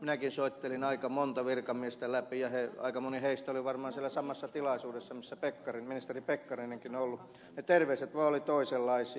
minäkin soittelin aika monta virkamiestä läpi ja aika moni heistä oli varmaan siellä samassa tilaisuudessa missä ministeri pekkarinenkin on ollut ne terveiset vaan olivat toisenlaisia